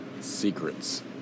Secrets